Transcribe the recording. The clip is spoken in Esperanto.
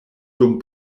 dum